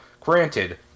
granted